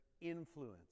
influence